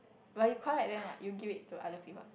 but you collect them what you give it to other people